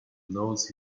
nose